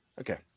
Okay